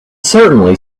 certainly